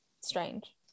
strange